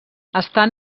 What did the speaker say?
estan